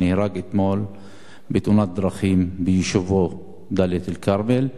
שנהרג אתמול בתאונת דרכים ביישובו דאלית-אל-כרמל.